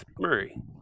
Murray